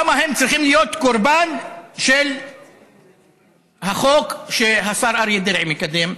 למה הם צריכים להיות קורבן של החוק שהשר אריה דרעי מקדם,